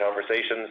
conversations